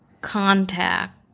contact